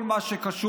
כל מה שקשור.